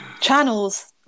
channels